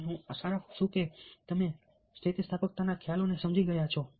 અને હું આશા રાખું છું કે તમે સ્થિતિસ્થાપકતાના ખ્યાલને સમજી ગયા છો